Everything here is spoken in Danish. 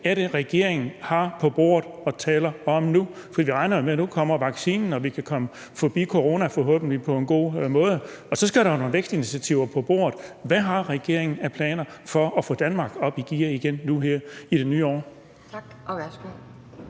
er det, regeringen har på bordet og vil tale om nu? For vi regner jo med, at der nu kommer en vaccine, så vi kan komme forbi corona på en forhåbentlig god måde. Så skal der jo nogle vækstinitiativer på bordet. Hvad har regeringen af planer for at få Danmark op i gear igen nu her i det nye år? Kl.